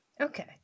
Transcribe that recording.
Okay